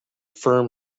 firm